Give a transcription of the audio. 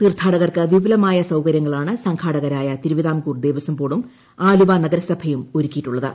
തീർത്ഥാടകർക്ക് വിപുലമായ സൌകര്യങ്ങളാണ് സംഘാടകരായ തിരുവിതാംകൂർ ദേവസ്വംബോർഡും ആലുവ നഗരസഭയും ഒരുക്കിയിട്ടുള്ളത്